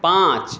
पाँच